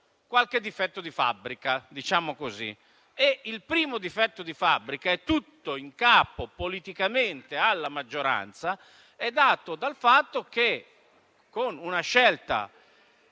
qualche difetto di fabbrica, diciamo così. Il primo difetto di fabbrica, politicamente tutto in capo alla maggioranza, è dato dal fatto che, con una scelta